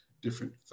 different